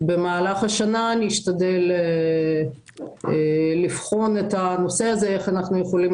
במהלך השנה נשתדל לבחון איך אנחנו יכולים